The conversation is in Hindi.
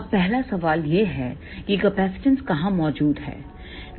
अब पहला सवाल यह है की कैपेसिटेंस कहाँ मौजूद है